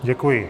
Děkuji.